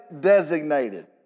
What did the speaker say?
designated